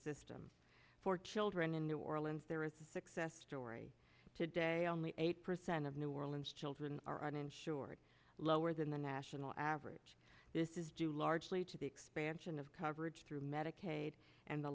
system for children in new orleans there is a success story today only eight percent of new orleans children are uninsured lower than the national average this is jill largely to the expansion of coverage through medicaid and